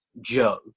Joe